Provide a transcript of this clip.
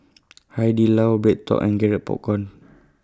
Hai Di Lao BreadTalk and Garrett Popcorn